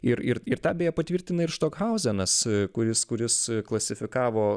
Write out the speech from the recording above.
ir ir ir tą beje patvirtina ir štokhauzenas kuris kuris klasifikavo